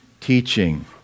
teaching